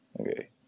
Okay